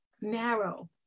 narrow